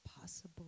possible